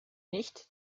nicht